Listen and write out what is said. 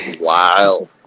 wild